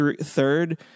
third